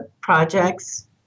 projects